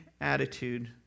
attitude